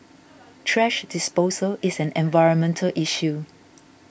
trash disposal is an environmental issue